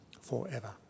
forever